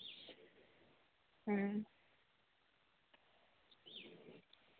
ᱦᱩᱸ